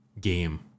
game